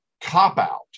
cop-out